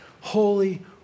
holy